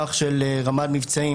מסמך של רמ"ד מבצעים.